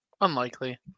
unlikely